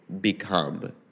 become